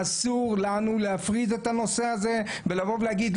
אסור לנו להפריד את הנושא הזה ולבוא ולהגיד,